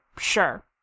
sure